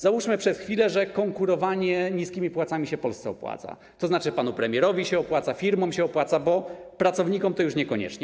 Załóżmy przez chwilę, że konkurowanie niskimi płacami się Polsce opłaca, tzn. panu premierowi się opłaca, firmom się opłaca, bo pracownikom to już niekoniecznie.